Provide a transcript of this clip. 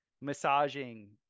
massaging